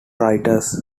writers